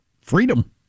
freedom